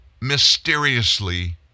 mysteriously